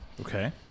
Okay